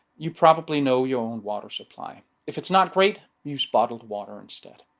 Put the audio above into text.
you probably know your own water supply, if it's not great use bottled water instead.